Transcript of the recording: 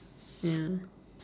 ya